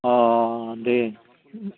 आह दे